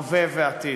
הווה ועתיד.